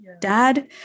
dad